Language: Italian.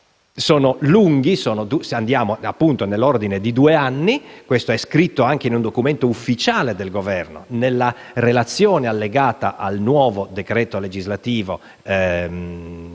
sarà lungo, nel senso che nell'ordine di due anni. E questo è scritto anche in un documento ufficiale del Governo, nella relazione allegata al nuovo decreto legislativo recante